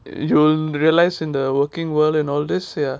you'll realise in the working world in all this ya